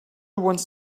wants